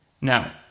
Now